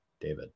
David